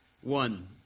one